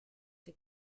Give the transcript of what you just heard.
que